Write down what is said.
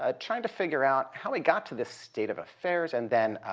ah trying to figure out how we got to this state of affairs. and then